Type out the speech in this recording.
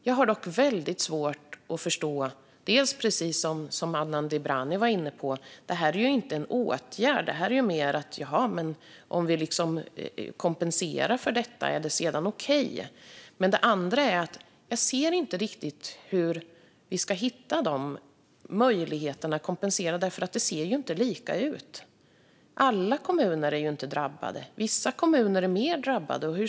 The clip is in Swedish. Jag har dock väldigt svårt att förstå det som också Adnan Dibrani var inne på. Det här är ju inte en åtgärd, utan det handlar mer om det hela är okej när man kompenseras för det. Dessutom ser jag inte riktigt hur vi ska hitta möjligheter att kompensera, eftersom det ju inte ser lika ut. Alla kommuner är inte drabbade, och vissa kommuner är mer drabbade.